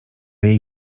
jej